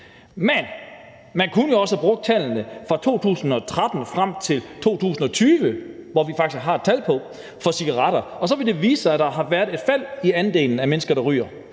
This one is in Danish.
Men man kunne jo også have brugt tallene for cigaretter fra 2013 og frem til 2020, hvor vi faktisk har tal, og så ville det vise sig, at der har været et fald i andelen af mennesker, der ryger.